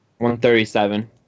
137